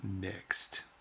next